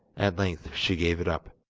at length she gave it up.